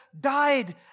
died